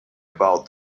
about